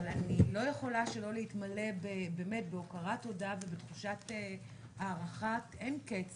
אבל אני לא יכולה שלא להתמלא בהוקרת תודה ובתחושת הערכת אין-קץ